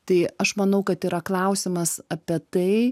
tai aš manau kad yra klausimas apie tai